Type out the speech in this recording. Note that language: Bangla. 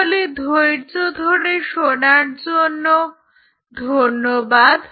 তাহলে ধৈর্য ধরে শোনবার জন্য ধন্যবাদ